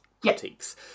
critiques